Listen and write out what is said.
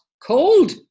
cold